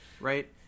Right